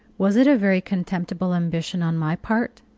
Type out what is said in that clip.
was it a very contemptible ambition on my part?